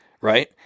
right